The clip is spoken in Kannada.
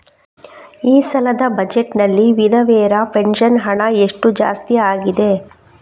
ಈ ಸಲದ ಬಜೆಟ್ ನಲ್ಲಿ ವಿಧವೆರ ಪೆನ್ಷನ್ ಹಣ ಎಷ್ಟು ಜಾಸ್ತಿ ಆಗಿದೆ?